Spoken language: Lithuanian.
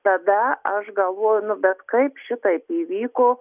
tada aš galvoju nu bet kaip šitaip įvyko